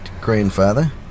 grandfather